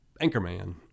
anchorman